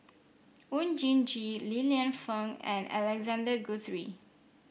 Oon Jin Gee Li Lienfung and Alexander Guthrie